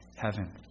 heaven